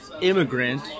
immigrant